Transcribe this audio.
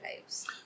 lives